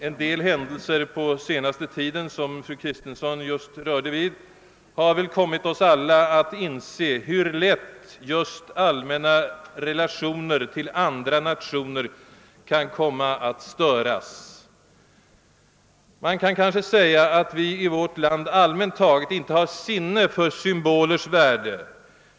En del händelser under senaste tiden, som fru Kristensson just erinrade om, har väl kommit oss alla att inse hur lätt just allmänna relationer till andra nationer nu för tiden kan komma att störas. Man kan kanske säga att vi i vårt land allmänt taget inte har sinne för symbolers värde.